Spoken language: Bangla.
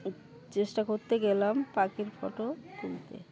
চেষ্টা করতে গেলাম পাখির ফটো তুলতে